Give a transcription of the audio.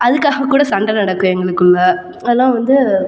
அதுக்காக கூட சண்டை நடக்கும் எங்களுக்குள்ளே ஆனால் வந்து